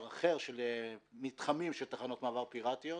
אחר של מתחמים שך תחנות מעבר פיראטיות.